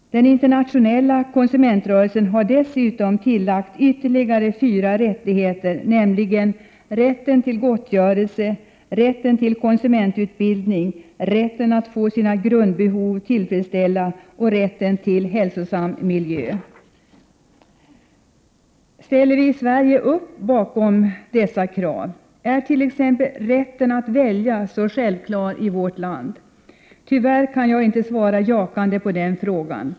Den internationella konsumentrörelsen har destutom tillagt ytterligare fyra rättigheter, nämligen rätten till gottgörelse, rätten till konsumentutbildning, rätten att få sina grundbehov tillfredsställda och rätten till hälsosam miljö. Ställer vi i Sverige upp bakom kraven? Är t.ex. rätten att välja så självklar i vårt land? Tyvärr kan jag inte svara ja på den frågan.